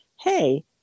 hey